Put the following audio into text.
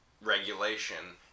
regulation